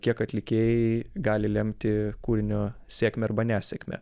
kiek atlikėjai gali lemti kūrinio sėkmę arba nesėkmę